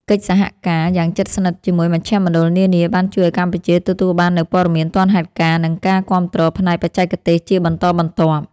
កិច្ចសហការយ៉ាងជិតស្និទ្ធជាមួយមជ្ឈមណ្ឌលនានា បានជួយឱ្យកម្ពុជាទទួលបាននូវព័ត៌មានទាន់ហេតុការណ៍ និងការគាំទ្រផ្នែកបច្ចេកទេសជាបន្តបន្ទាប់។